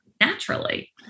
naturally